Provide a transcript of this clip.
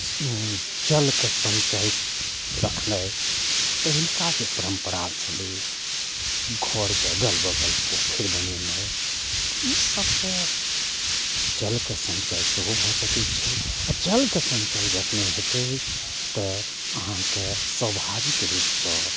जलके सञ्चय रखनाइ पहिलका जे परम्परा छलै घरके अगल बगल पोखरि बनेनाइ ईसबसँ जलके सञ्चय सेहो भऽ सकै छै आओर जलके सञ्चय जखने हेतै तऽ अहाँके स्वाभाविक रूपसँ